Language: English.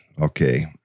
Okay